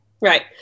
Right